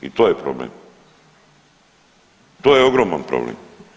I to je problem, to je ogroman problem.